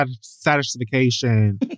satisfaction